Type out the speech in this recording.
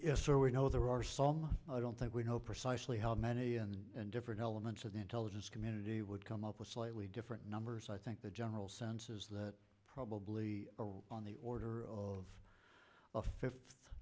them so we know there are songs i don't think we know precisely how many and and different elements of the intelligence community would come up with slightly different numbers i think the general sense is that probably on the order of a fifth